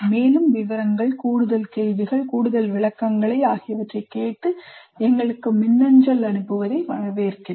மேலும் விவரங்கள் கூடுதல் கேள்விகள் கூடுதல் விளக்கங்களை ஆகியவற்றைக் கேட்டு எங்களுக்கு மின்னஞ்சல் அனுப்புவதை வரவேற்கிறோம்